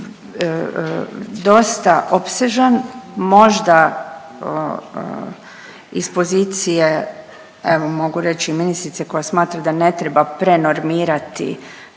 je dosta opsežan, možda iz pozicije evo mogu reći i ministrice koja smatra da ne treba prenormirati